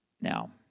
Now